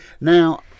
now